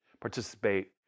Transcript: participate